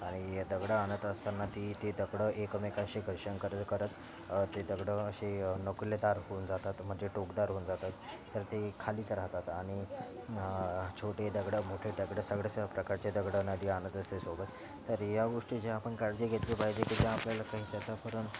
आणि दगडं आनत असताांना ती ते दगडं एकमेकांशी घर्षन कर करत ते दगडं अशे नुकिलेदार होऊन जातात म्हणजे टोकदार होऊन जातात तर ते खालीच राहतात आणि छोटे दगडं मोठे दगडं सगळ्या स्या प्रकारचे दगडं नदी आणत असते सोबत तर या गोष्टी जे आपण काळजी घेतली पाहिजे क जे आपल्याला काही त्याचं पण